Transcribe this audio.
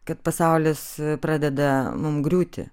kad pasaulis pradeda mum griūti